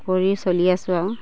কৰি চলি আছোঁ আৰু